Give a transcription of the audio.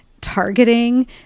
targeting